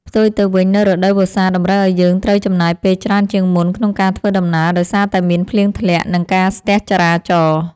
ផ្ទុយទៅវិញនៅរដូវវស្សាតម្រូវឱ្យយើងត្រូវចំណាយពេលច្រើនជាងមុនក្នុងការធ្វើដំណើរដោយសារតែមានភ្លៀងធ្លាក់ និងការស្ទះចរាចរណ៍។